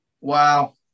Wow